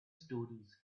stories